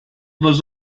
was